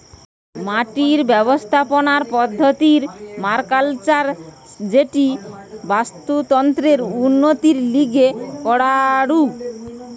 মাটির ব্যবস্থাপনার পদ্ধতির পার্মাকালচার যেটি বাস্তুতন্ত্রের উন্নতির লিগে করাঢু